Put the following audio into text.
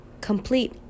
complete